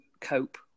cope